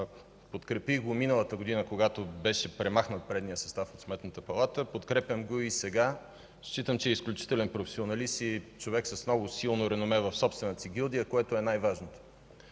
Подкрепих го миналата година, когато беше премахнат предният състав на Сметната палата, подкрепям го и сега. Считам, че е изключителен професионалист и човек с много силно реноме в собствената си гилдия, което е най-важното,